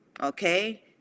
okay